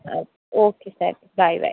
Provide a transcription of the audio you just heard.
ಹಾಂ okay sir bye ಬಾಯ್